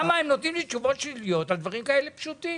למה הם נותנים לי תשובות שליליות על דברים כאלה פשוטים?